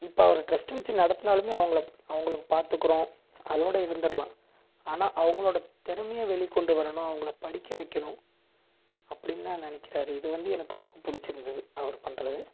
இப்போ அவர் டிரஸ்ட் வச்சு நடத்துனாலும் அவங்களை அவங்களை பார்த்துக்குறோ அதோட இருந்துடலாம் ஆனால் அவங்களோடய திறமையை வெளிக்கொண்டு வரணும் அவங்களை படிக்க வைக்கணும் அப்படினு நினைக்குறாரு இது வந்து எனக்கு ரொம்ப பிடிச்சுருந்துது அவர் பண்ணுறது